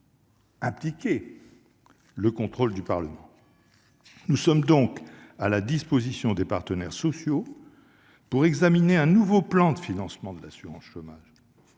impliquer le contrôle du Parlement. Nous sommes donc à la disposition des partenaires sociaux pour examiner un nouveau plan de financement de l'assurance chômage